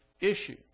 issue